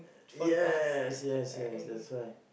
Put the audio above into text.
yes yes yes that's why